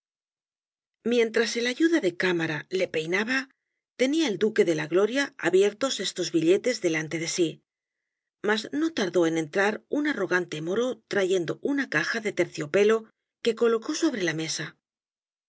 mientras el ayuda de cámara le peinaba tenía el duque de la gloria abiertos estos billetes delante de sí mas no tardó en entrar un arrogante moro trayendo una caja de terciopelo que colocó sobre la mesa